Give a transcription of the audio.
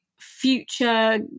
future